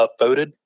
upvoted